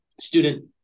student